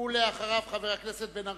ואחריו, חבר הכנסת בן-ארי.